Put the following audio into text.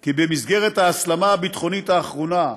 כי במסגרת ההסלמה הביטחונית האחרונה,